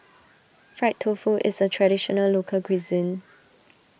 Fried Tofu is a Traditional Local Cuisine